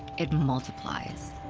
it multiplies.